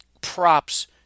props